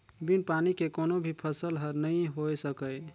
बिन पानी के कोनो भी फसल हर नइ होए सकय